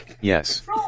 Yes